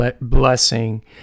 blessing